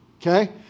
okay